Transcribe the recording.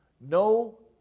no